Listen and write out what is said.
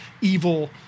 evil